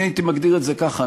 אני הייתי מגדיר את זה ככה,